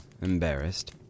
embarrassed